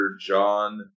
John